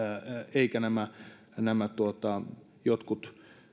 eivätkä nämä nämä jotkut